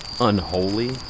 Unholy